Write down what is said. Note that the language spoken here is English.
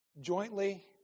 jointly